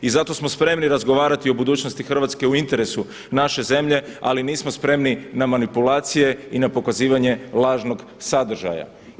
I zato smo spremni razgovarati o budućnosti Hrvatske u interesu naše zemlje ali nismo spremni na manipulacije i na pokazivanje lažnog sadržaja.